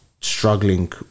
struggling